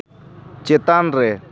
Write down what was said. ᱪᱮᱛᱟᱱ ᱨᱮ